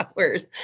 hours